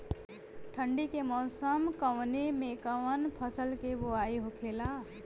ठंडी के मौसम कवने मेंकवन फसल के बोवाई होखेला?